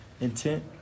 intent